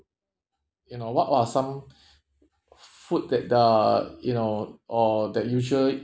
you know what are some food that the you know or the usual